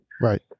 Right